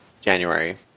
January